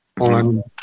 on